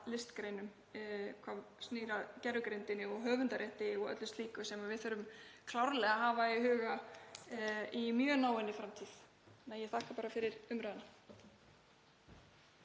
listgreinum, sem lúta að gervigreindinni og höfundarétti og öllu slíku, sem við þurfum klárlega að hafa í huga í mjög náinni framtíð. Ég þakka fyrir umræðuna.